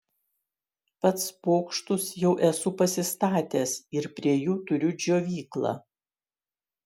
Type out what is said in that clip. pats bokštus jau esu pasistatęs ir prie jų turiu džiovyklą